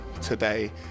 today